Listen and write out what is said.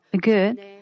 good